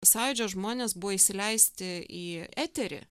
sąjūdžio žmonės buvo įsileisti į eterį